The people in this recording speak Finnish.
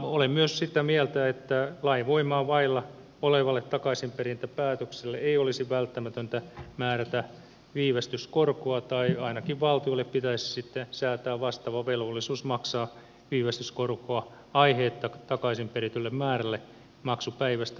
olen myös sitä mieltä että lainvoimaa vailla olevalle takaisinperintäpäätökselle ei olisi välttämätöntä määrätä viivästyskorkoa tai ainakin valtiolle pitäisi sitten säätää vastaava velvollisuus maksaa viivästyskorkoa aiheetta takaisinperitylle määrälle maksupäivästä uudelleenpalautuspäivään